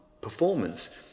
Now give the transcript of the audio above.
performance